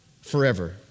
forever